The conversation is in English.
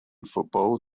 football